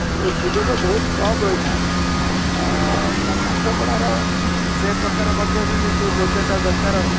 ସୁଯୋଗ ବହୁତ କମ୍ ରହିଥାଏ ପାଠ ପଢ଼ାର ସେ ପ୍ରକାର ମଧ୍ୟ ବି ଯେଉଁ ଯୋଗ୍ୟତା ଦରକାର